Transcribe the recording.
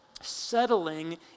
settling